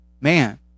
man